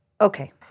Okay